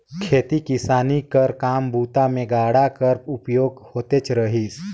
खेती किसानी कर काम बूता मे गाड़ा कर उपयोग होतेच रहिस